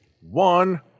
One